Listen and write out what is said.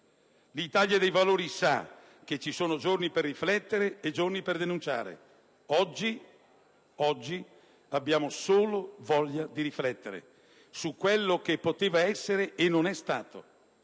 L'Italia dei Valori sa che ci sono giorni per riflettere e giorni per denunciare. Oggi abbiamo solo voglia di riflettere su quello che poteva essere e non è stato,